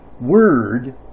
word